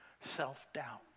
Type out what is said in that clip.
Self-doubt